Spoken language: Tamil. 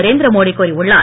நரேந்திர மோடி கூறியுள்ளார்